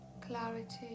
clarity